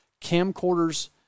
Camcorders